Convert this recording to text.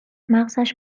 مغزش